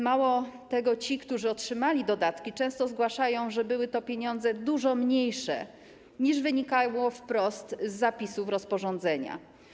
Mało tego, ci, którzy otrzymali dodatki, często zgłaszają, że były to pieniądze dużo mniejsze, niż wynikało to wprost z zapisu z rozporządzenia.